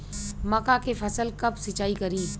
मका के फ़सल कब सिंचाई करी?